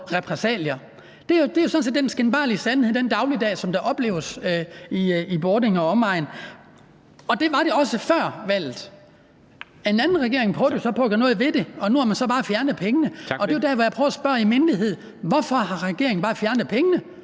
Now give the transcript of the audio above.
set den skinbarlige sandhed, den dagligdag, som der opleves i Bording og omegn, og det var det også før valget. En anden regering prøvede jo så på at gøre noget ved det, og nu har man så bare fjernet pengene, og det er der, hvor jeg prøver at spørge i mindelighed: Hvorfor har regeringen bare fjernet pengene